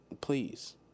please